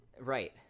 Right